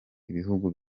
ibihugu